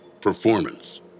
Performance